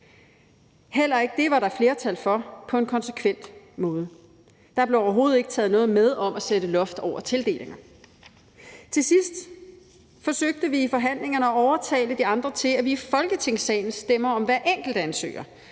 Heller ikke det var der flertal for på en konsekvent måde. Der blev overhovedet ikke taget noget med om at sætte loft over tildelingen. Til sidst forsøgte vi i forhandlingerne at overtale de andre til, at vi i Folketingssalen stemmer om hver enkelt ansøger